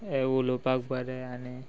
हें उलोवपाक बरें आनी